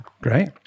Great